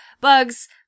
bugs